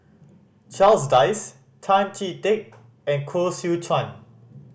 Charles Dyce Tan Chee Teck and Koh Seow Chuan